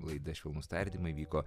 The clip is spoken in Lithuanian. laida švelnūs tardymai vyko